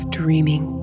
dreaming